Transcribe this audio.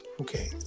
okay